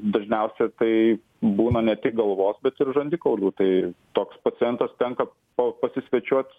dažniausia tai būna ne tik galvos bet ir žandikaulių tai toks pacientas tenka pa pasisvečiuot